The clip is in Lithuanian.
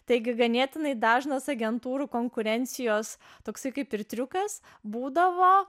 taigi ganėtinai dažnas agentūrų konkurencijos toksai kaip ir triukas būdavo